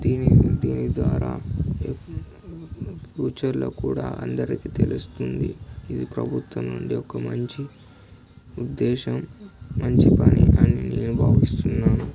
దీని దీని ద్వారా ఫ్యూచర్లో కూడా అందరికీ తెలుస్తుంది ఇది ప్రభుత్వం నుండి ఒక మంచి ఉద్దేశం మంచి పని అని నేను భావిస్తున్నాను